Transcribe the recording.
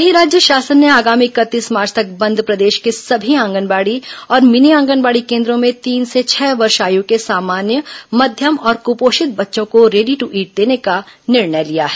वहीं राज्य शासन ने आगामी इकतीस मार्च तक बंद प्रदेश के समी आंगनबाड़ी और मिनी आंगनबाड़ी केन्द्रों में तीन से छह वर्ष आयु के सामान्य मध्यम और कुपोषित बच्चों को रेडी टू ईट देने का निर्णय लिया है